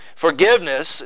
Forgiveness